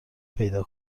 پیدا